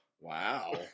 Wow